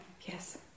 Yes